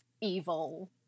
evil